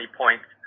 points